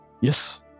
Yes